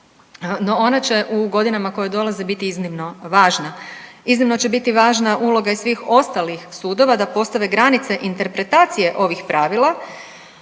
no ona će u godinama koje dolaze biti iznimno važna. Iznimno će biti važna uloga i svih ostalih sudova da postave granice interpretacije ovih pravila